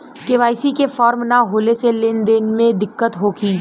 KYC के form न होले से लेन देन में दिक्कत होखी?